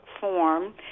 form